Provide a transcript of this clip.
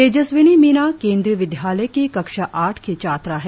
तेजस्विनी मीना केंद्रीय विद्यालय की कक्षा आठ की छात्रा है